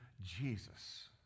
Jesus